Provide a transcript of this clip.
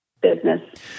business